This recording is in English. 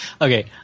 okay